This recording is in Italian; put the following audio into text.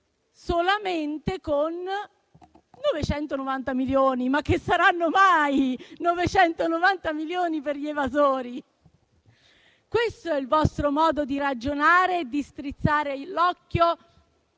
solamente con 990 milioni. Che saranno mai 990 milioni per gli evasori? Questo è il vostro modo di ragionare e di strizzare l'occhio